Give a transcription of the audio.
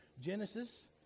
Genesis